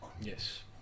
Yes